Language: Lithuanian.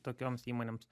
tokioms įmonėms